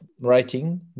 writing